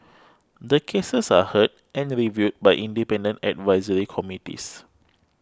the cases are heard and reviewed by independent advisory committees